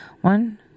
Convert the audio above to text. One